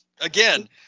Again